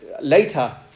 later